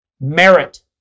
merit